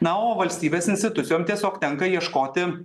na o valstybės institucijoms tiesiog tenka ieškoti